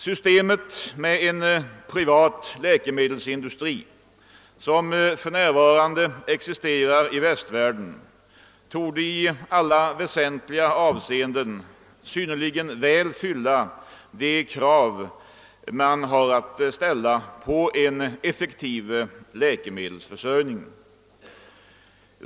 Systemet med en privat läkemedelsindustri, som för närvarande existerar i västvärlden, torde i alla väsentliga avseenden synnerligen väl fylla de krav man har att ställa på en effektiv läkemedelsförsörjning.